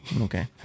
Okay